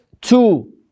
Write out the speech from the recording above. two